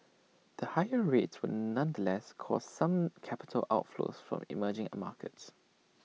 the higher rates would nonetheless cause some capital outflows from emerging markets